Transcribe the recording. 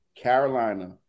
Carolina